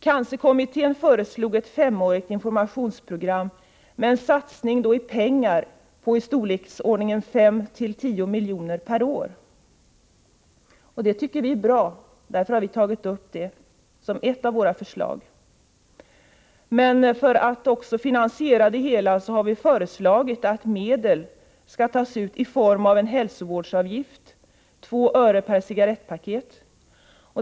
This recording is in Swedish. Cancerkommittén föreslog ett femårigt informationsprogram med en satsning i pengar räknat i storleksordningen 5—10 milj.kr. per år. Vi tycker det är bra, och därför har vi tagit upp detta som ett av våra förslag. För att också finansiera det hela har vi för det andra föreslagit att medel skall tas ut i form av en hälsovårdsavgift på 2 öre per cigarettpaket.